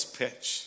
pitch